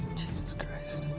jesus christ.